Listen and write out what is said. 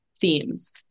themes